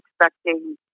expecting